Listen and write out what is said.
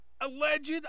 alleged